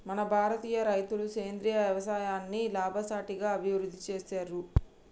మన భారతీయ రైతులు సేంద్రీయ యవసాయాన్ని లాభసాటిగా అభివృద్ధి చేసిర్రు